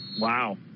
Wow